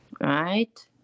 right